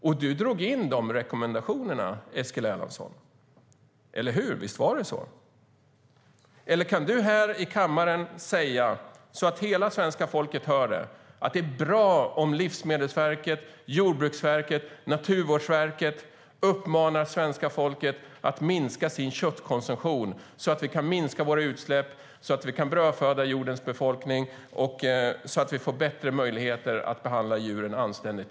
Men du drog in dessa rekommendationer, eller hur? Kan du nu i kammaren säga, så att hela svenska folket hör det, att det är bra om Livsmedelsverket, Jordbruksverket och Naturvårdsverket uppmanar svenska folket att minska sin köttkonsumtion så att vi kan minska våra utsläpp, föda jordens befolkning och få bättre möjlighet att behandla djuren anständigt?